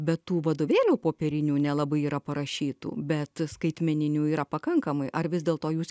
be tų vadovėlių popierinių nelabai yra parašytų bet skaitmeninių yra pakankamai ar vis dėlto jūs